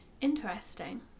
Interesting